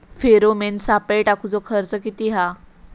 Pheromone सापळे टाकूचो खर्च किती हा?